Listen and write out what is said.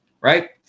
right